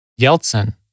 Yeltsin